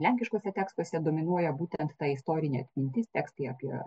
lenkiškuose tekstuose dominuoja būtent ta istorinė atmintis tekstai apie